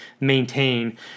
maintain